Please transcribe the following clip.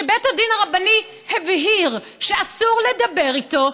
שבית הדין הרבני הבהיר שאסור לדבר איתו,